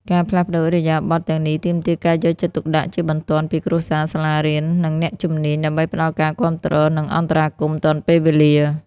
ការផ្លាស់ប្តូរឥរិយាបថទាំងនេះទាមទារការយកចិត្តទុកដាក់ជាបន្ទាន់ពីគ្រួសារ សាលារៀន និងអ្នកជំនាញ ដើម្បីផ្តល់ការគាំទ្រ និងអន្តរាគមន៍ទាន់ពេលវេលា។